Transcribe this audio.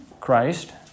Christ